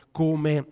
come